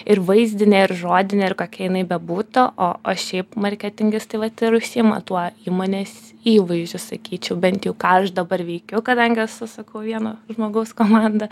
ir vaizdinė ir žodinė ir kokia jinai bebūtų o o šiaip marketingistai vat ir užsiima tuo įmonės įvaizdžiu sakyčiau bent jau ką aš dabar veikiu kadangi esu sakau vieno žmogaus komanda